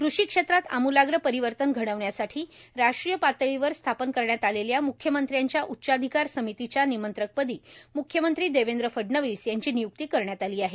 कृषी क्षेत्रात आमुलाग्र परिवर्तन घडवण्यासाठी राष्ट्रीय पातळीवर स्थापन करण्यात आलेल्या म्ख्यमंत्र्यांच्या उच्चाधिकार समितीच्या निमंत्रकपदी म्ख्यमंत्री देवेंद्र फडणवीस यांची निय्क्ती करण्यात आली आहे